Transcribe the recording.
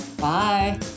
Bye